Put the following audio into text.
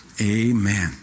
amen